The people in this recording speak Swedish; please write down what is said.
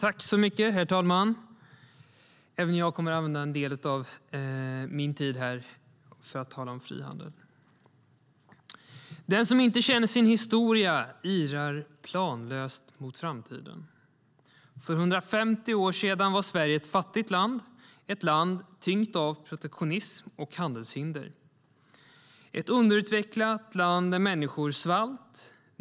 Herr talman! Även jag kommer att använda en del av min talartid för att tala om frihandel. Den som inte känner sin historia irrar planlöst mot framtiden. För 150 år sedan var Sverige ett fattigt land och ett land tyngt av protektionism och handelshinder. Det var ett underutvecklat land där människor svalt.